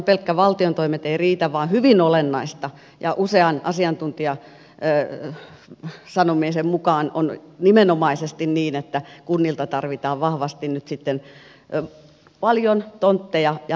pelkät valtion toimet eivät riitä vaan on hyvin olennaista ja usean asiantuntijan sanomisen mukaan on nimenomaisesti niin että kunnilta tarvitaan vahvasti nyt sitten paljon tontteja ja maata